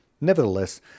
Nevertheless